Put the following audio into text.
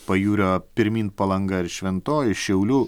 pajūrio pirmyn palanga ir šventoji šiaulių